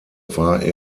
war